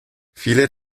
viele